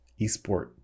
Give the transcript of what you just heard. esport